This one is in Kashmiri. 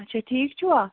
اَچھا ٹھیٖک چھُوا